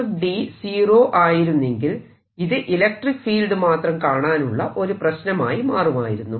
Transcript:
D zero ആയിരുന്നെങ്കിൽ ഇത് electric field മാത്രം കാണാനുള്ള ഒരു പ്രശ്നമായി മാറുമായിരുന്നു